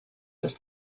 this